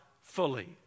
fully